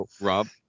Rob